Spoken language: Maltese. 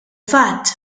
fatt